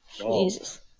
Jesus